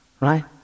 right